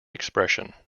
expression